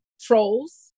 Trolls